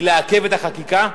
היא לעכב את החקיקה,